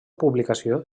publicació